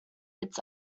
its